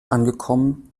angekommen